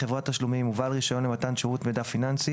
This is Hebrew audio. חברת תשלומים ובעל רישיון למתן שירות מידע פיננסי,